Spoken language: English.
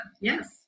Yes